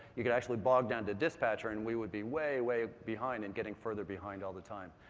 you could actually bog down the dispatcher and we would be way, way behind and getting further behind all the time.